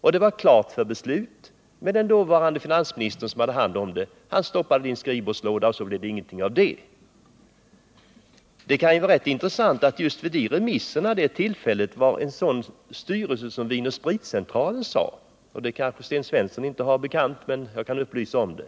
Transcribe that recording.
Allt var klart för ett beslut, men den dåvarande finansministern, som hade hand om frågan, stoppade den i en skrivbordslåda, och så blev det ingenting av den. Det kan vara intressant att notera vad styrelsen för AB Vin & Spritcentralen vid det tillfället sade i sitt remissvar. Det kanske Sten Svensson inte har sig bekant, men jag kan upplysa om det.